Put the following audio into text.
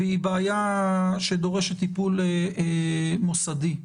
בעיה שדורשת טיפול מוסדי.